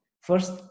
First